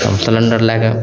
तऽ हम सिलेण्डर लैके